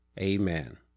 amen